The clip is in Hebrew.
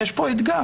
יש כאן אתגר.